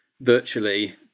virtually